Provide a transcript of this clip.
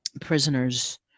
prisoners